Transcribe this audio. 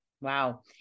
Wow